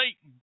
Satan